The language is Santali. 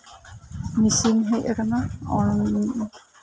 ᱢᱤᱥᱤᱱ ᱦᱮᱡ ᱟᱠᱟᱱᱟ ᱚᱱ